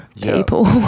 people